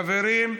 חברים,